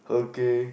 okay